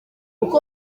uko